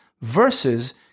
versus